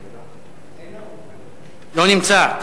לא נמצא.